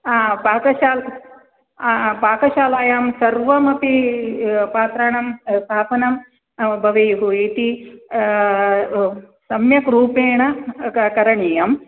पाकशा पाकशालायां सर्वमपि पात्राणां स्थापनं भवेयुः इति सम्यक् रूपेण करणीयम्